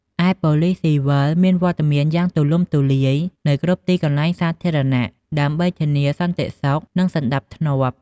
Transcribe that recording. ឯប៉ូលិសស៊ីវិលមានវត្តមានយ៉ាងទូលំទូលាយនៅគ្រប់ទីកន្លែងសាធារណៈដើម្បីធានាសន្តិសុខនិងសណ្ដាប់ធ្នាប់។